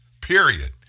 period